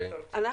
לפני יומיים.